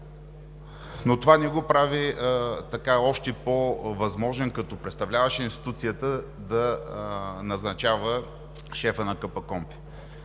но това не го прави още по-възможен като представляващ институцията да назначава шефа на КПКОНПИ.